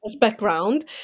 background